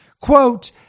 quote